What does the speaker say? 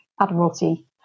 admiralty